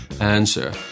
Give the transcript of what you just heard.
answer